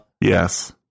Yes